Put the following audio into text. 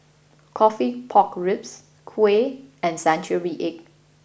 Coffee Pork Ribs Kuih and Century Egg